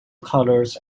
colors